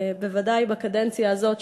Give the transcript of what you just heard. בוודאי בקדנציה הזאת,